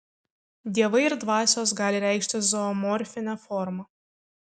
dievai ir dvasios gali reikštis zoomorfine forma